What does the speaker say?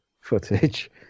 footage